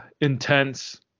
intense